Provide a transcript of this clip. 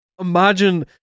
Imagine